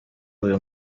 uyu